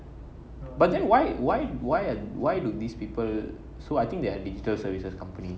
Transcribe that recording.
but then why why why ah why do these people so I think they are digital services company